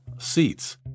seats